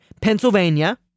Pennsylvania